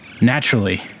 Naturally